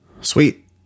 Sweet